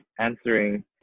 answering